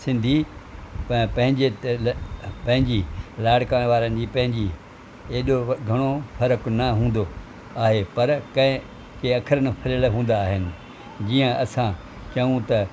सिन्धी पंहिंजे पंहिंजी लाड़काणे वारनि जी पंहिंजी एॾो घणो फ़रक़ु न हून्दो आहे पर के अखर न फिरियल हूंदा आहिनि जीअं असां चउं त